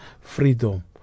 freedom